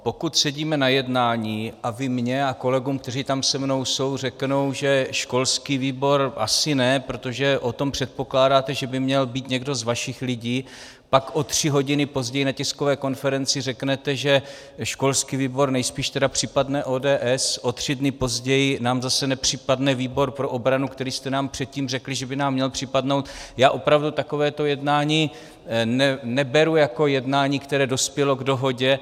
Pokud sedíme na jednání a vy mně a kolegům, kteří tam se mnou jsou, řeknete, že školský výbor asi ne, protože o tom předpokládáte, že by měl být někdo z vašich lidí, pak o tři hodiny později na tiskové konferenci řeknete, že školský výbor nejspíš připadne ODS, o tři dny později nám zase nepřipadne výbor pro obranu, který jste nám předtím řekli, že by nám měl připadnout já opravdu takové jednání neberu jako jednání, které dospělo k dohodě.